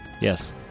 Yes